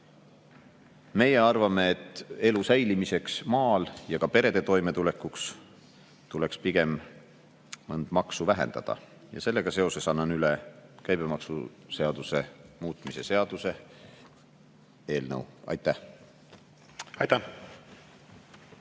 Meie arvame, et elu säilimiseks maal ja perede toimetulekuks tuleks mõnda maksu pigem vähendada. Sellega seoses annan üle käibemaksuseaduse muutmise seaduse eelnõu. Aitäh!